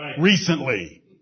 recently